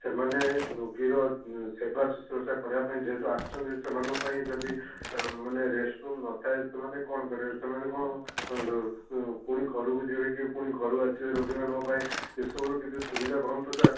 ସେମାନେ ରୋଗୀର ସେବା ସୁଶୃସା କରିବା ପାଇଁ ଯେହେତୁ ଆସୁଛନ୍ତି ସେମାନଙ୍କ ପାଇଁ ଯଦି ମାନେ ରେଷ୍ଟ୍ ରୁମ୍ ନଥାଏ ସେମାନେ କ'ଣ କରିବେ ସେମାନେ କ'ଣ ପୁଣି ଘରକୁ ଯିବେ କି ପୁଣି ଘରୁ ଆସିବେ ରୋଗୀମାନଙ୍କ ପାଇଁ ଏସବୁର କିଛି ସୁବିଧା କରନ୍ତୁ ସାର୍